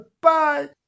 Bye